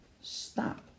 stop